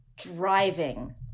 Driving